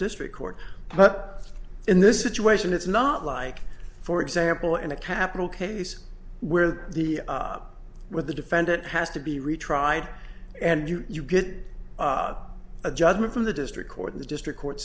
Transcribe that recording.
district court but in this situation it's not like for example in a capital case where the where the defendant has to be retried and you get a judgment from the district court the district court